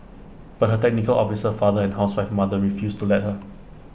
but her technical officer father and housewife mother refused to let her